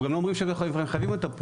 אנחנו גם לא אומרים שאנחנו חייבים אותה פה.